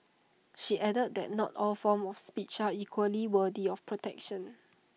she added that not all forms of speech are equally worthy of protection